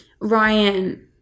Ryan